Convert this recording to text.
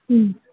మ్మ్